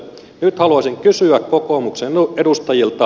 nyt haluaisin kysyä kokoomuksen edustajilta